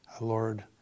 Lord